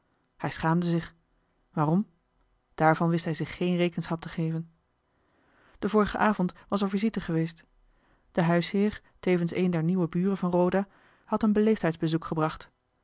hij schaamde zich waarom daarvan wist hij zich geen rekenschap te geven den vorigen avond was er visite geweest de huisheer tevens een der nieuwe buren van roda had een beleefdheidsbezoek gebracht